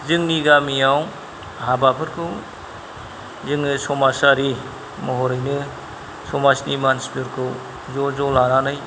जोंनि गामियाव हाबाफोरखौ जोङो समाजारि महरैनो समाजनि मानसिफोरखौ ज' ज' लानानै